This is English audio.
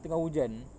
tengah hujan